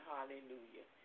Hallelujah